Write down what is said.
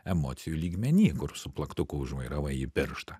emocijų lygmeny kur su plaktuku užvairavai į pirštą